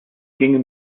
gingen